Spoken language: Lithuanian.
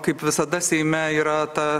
kaip visada seime yra ta